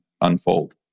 unfold